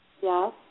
Yes